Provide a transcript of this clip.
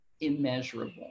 immeasurable